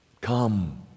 Come